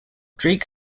drake